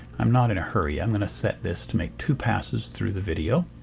i'm not in a hurry. i'm going to set this to make two passes through the video,